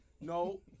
No